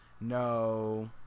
No